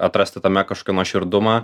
atrasti tame kažkur nuoširdumą